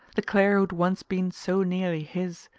the clare who had once been so nearly his,